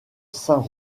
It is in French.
saint